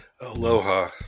Aloha